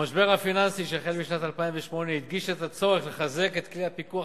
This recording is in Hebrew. המשבר הפיננסי שהחל בשנת 2008 הדגיש את הצורך בחיזוק כלי הפיקוח